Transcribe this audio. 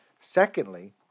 Secondly